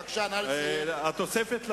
התוספת למורים,